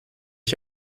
ich